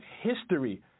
history